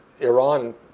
Iran